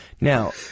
Now